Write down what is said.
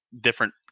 different